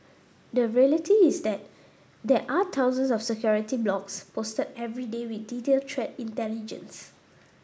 the reality is that there are thousands of security blogs posted every day with detailed threat intelligence